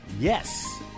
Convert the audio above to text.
Yes